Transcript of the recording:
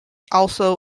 also